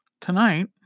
tonight